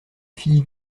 fille